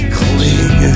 cling